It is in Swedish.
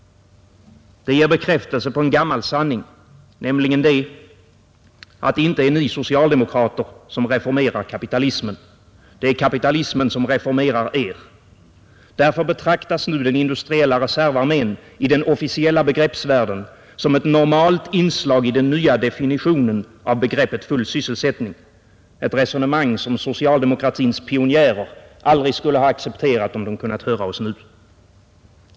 Det ger bekräftelse på en gammal sanning, nämligen att det inte är ni socialdemokrater som reformerar kapitalismen. Det är kapitalismen som reformerar er. Därför betraktas nu den industriella reservarmén i den officiella begreppsvärlden som ett normalt inslag i den nya definitionen av begreppet full sysselsättning, ett resonemang som socialdemokratins pionjärer aldrig skulle ha accepterat, om de kunnat höra oss nu.